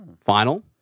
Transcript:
final